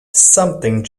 something